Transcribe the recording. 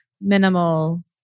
minimal